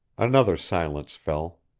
another silence fell.